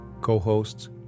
Co-hosts